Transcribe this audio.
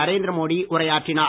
நரேந்திர மோடி உரையாற்றினார்